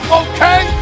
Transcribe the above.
okay